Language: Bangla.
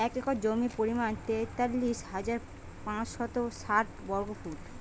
এক একর জমির পরিমাণ তেতাল্লিশ হাজার পাঁচশত ষাট বর্গফুট